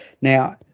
Now